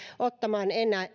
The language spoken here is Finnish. ottamaan